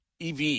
EV